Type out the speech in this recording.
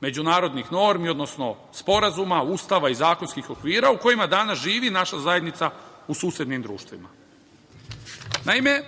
međunarodnih normi, odnosno sporazuma, Ustava, zakonskih okvira u kojima danas živi naša zajednica u susednim društvima. Naime,